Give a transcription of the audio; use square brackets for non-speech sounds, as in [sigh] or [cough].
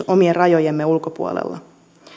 [unintelligible] omien rajojemme ulkopuolella